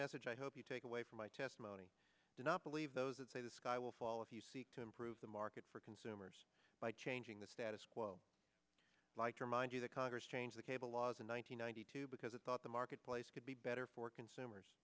message i hope you take away from my testimony do not believe those that say the sky will fall if you seek to improve the market for consumers by changing the status quo like to remind you that congress changed the cable laws in one thousand nine hundred two because it thought the marketplace could be better for consumers